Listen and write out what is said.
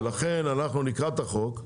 ולכן אנחנו נקרא את החוק,